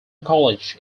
college